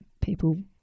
people